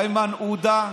איימן עודה,